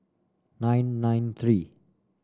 nine nine three